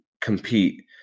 compete